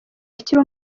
akiri